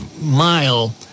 mile